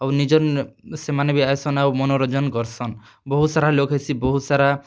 ଆଉ ନିଜର୍ ସେମାନେ ବି ଆଏସନ୍ ଆଉ ମନୋରଞ୍ଜନ କର୍ସନ୍ ବହୁତ୍ ସାରା ଲୋକ୍ ହେସି ବହୁତ୍ ସାରା